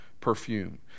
perfume